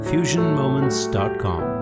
FusionMoments.com